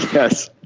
yes,